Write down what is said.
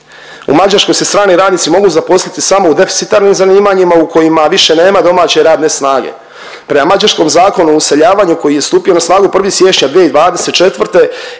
U Mađarskoj se strani radnici mogu zaposliti samo u deficitarnim zanimanjima u kojima više nema domaće radne snage. Prema mađarskom zakonu o useljavanju koji je stupio na snagu 1. siječnja 2024.